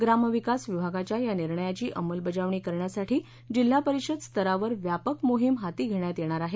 ग्रामविकास विभागाच्या या निर्णयाची अमलबजावणी करण्यासाठी जिल्हा परिषद स्तरावर व्यापक मोहीम होती घेण्यात येणार आहे